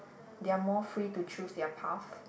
they are more free to choose their path